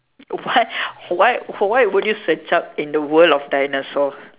why why why would you search up in the world of dinosaur